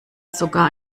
sogar